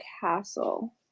castle